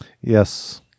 Yes